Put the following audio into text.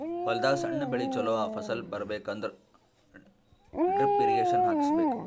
ಹೊಲದಾಗ್ ಸಣ್ಣ ಬೆಳಿ ಚೊಲೋ ಫಸಲ್ ಬರಬೇಕ್ ಅಂದ್ರ ಡ್ರಿಪ್ ಇರ್ರೀಗೇಷನ್ ಹಾಕಿಸ್ಬೇಕ್